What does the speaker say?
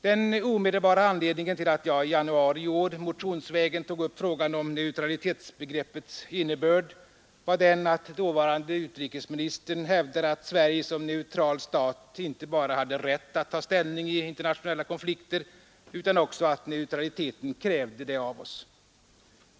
Den omedelbara anledningen till att jag i januari i år motionsvägen tog upp frågan om neutralitetsbegreppets innebörd var den, att dåvarande utrikesministern hävdade inte bara att Sverige som neutral stat hade rätt att ta ställning i internationella konflikter, utan också att neutraliteten krävde det av oss.